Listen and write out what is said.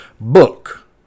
book